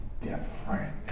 different